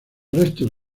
restos